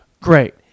Great